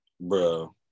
bro